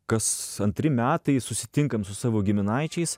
kas antri metai susitinkam su savo giminaičiais